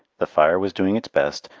the fire was doing its best,